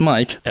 Mike